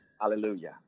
Hallelujah